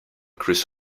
chris